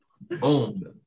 boom